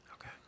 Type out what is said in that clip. Okay